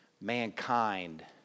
mankind